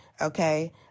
Okay